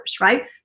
right